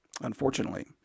unfortunately